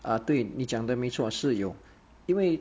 ah 对你讲得没错是有因为